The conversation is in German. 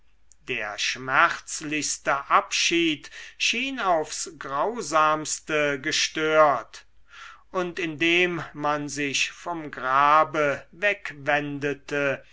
der schmerzlichste abschied schien aufs grausamste gestört und indem man sich vom grabe wegwendete